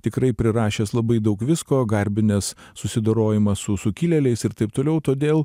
tikrai prirašęs labai daug visko garbinęs susidorojimą su sukilėliais ir taip toliau todėl